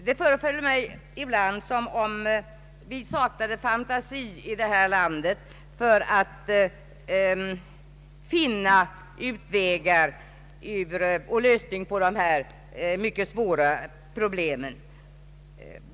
Det förefaller mig ibland som om vi saknade fantasi i detta land att finna utvägar ur och lösningar på dessa mycket svåra problem.